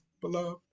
beloved